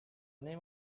name